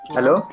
Hello